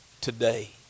today